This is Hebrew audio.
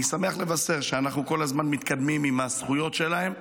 אני שמח לבשר שאנחנו כל הזמן מתקדמים עם הזכויות שלהם.